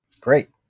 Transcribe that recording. Great